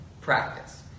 practice